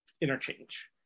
interchange